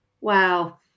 Wow